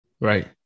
Right